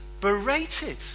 berated